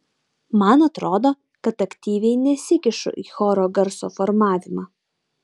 man atrodo kad aktyviai nesikišu į choro garso formavimą